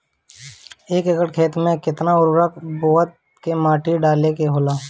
एक एकड़ खेत में के केतना उर्वरक बोअत के माटी डाले के होला?